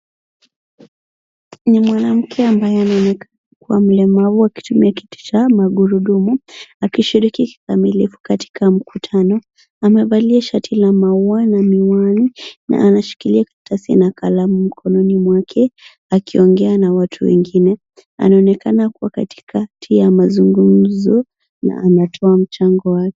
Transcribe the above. Ni mwanamke ambaye anaonekana kuwa mlemavu akitumia kiti cha magurudumu akishiriki kamili katika mkutano. Amevalia shati la maua na miwani na anashikilia karatasi na kalamu mkononi mwake akiongea na watu wengine. Anaonekana kuwa katikati ya mazungumzo na anatoa mchango wake.